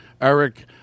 Eric